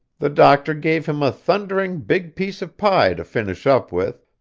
the doctor gave him a thundering big piece of pie to finish up with,